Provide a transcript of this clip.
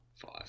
five